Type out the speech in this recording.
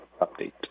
update